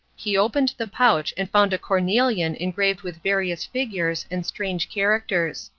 he opened the pouch and found a cornelian engraved with various figures and strange characters.